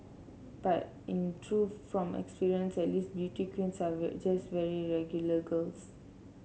but in truth from my experience at least beauty queens are just very regular girls